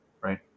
right